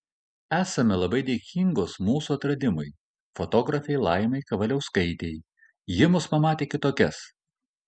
esame labai dėkingos mūsų atradimui fotografei laimai kavaliauskaitei ji mus pamatė kitokias